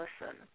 listen